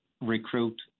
recruit